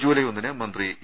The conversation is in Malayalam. ജൂലൈ ഒന്നിന് മന്ത്രി ഇ